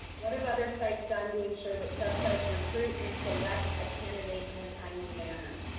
what have other sites done to insure that sub-sites recruit and select a candidate in a timely manner?